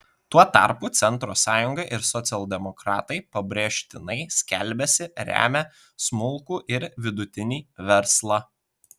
tuo tarpu centro sąjunga ir socialdemokratai pabrėžtinai skelbiasi remią smulkų ir vidutinį verslą